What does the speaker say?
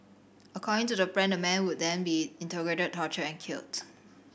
according to the plan the man would then be interrogated tortured and killed